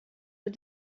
did